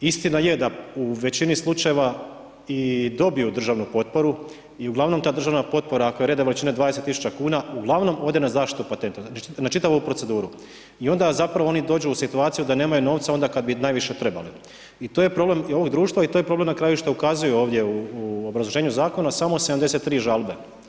Istina je da u većini slučajeva i dobiju državnu potporu i u glavnom državna potpora ako je … 20 000 kuna, uglavnom ode na zaštitu patenta, na čitavu proceduru. i onda zapravo oni dođu u situaciju da nemaju novca onda kad bi najviše trebali i to je problem i ovog društva i to je problem na kraju što ukazuju ovdje u obrazloženju zakona, samo 73 žalbe.